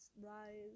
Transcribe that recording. rise